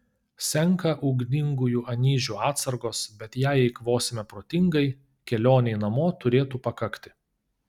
senka ugningųjų anyžių atsargos bet jei eikvosime protingai kelionei namo turėtų pakakti